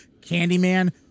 Candyman